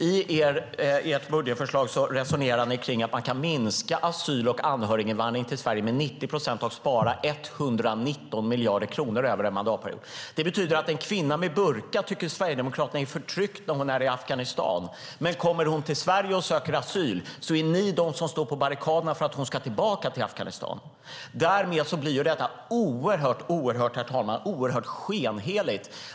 I ert budgetförslag resonerar ni kring att man kan minska asyl och anhöriginvandring till Sverige med 90 procent och spara 119 miljarder kronor över en mandatperiod. Det betyder att en kvinna med burka tycker Sverigedemokraterna är förtryckt när hon är i Afghanistan. Men kommer hon till Sverige och söker asyl än ni de som står på barrikaderna för att hon ska tillbaka till Afghanistan. Herr talman! Därmed blir detta oerhört skenheligt.